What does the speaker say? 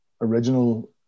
original